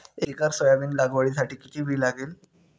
एक acre soybean लागवडीसाठी किती बी लागेल?